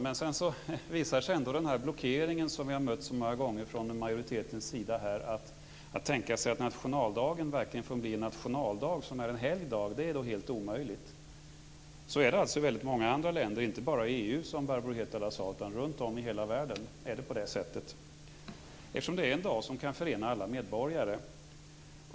Men sedan visar sig ändå den här blockeringen som vi har mött så många gånger från majoritetens sida. Att tänka sig att nationaldagen verkligen får bli en nationaldag som är en helgdag är helt omöjligt. Så är det i väldigt många andra länder - inte bara i EU som Barbro Hietala Nordlund sade, utan runt om i hela världen är det på det sättet. Det är ju en dag som kan förena alla medborgare.